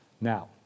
Now